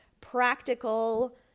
practical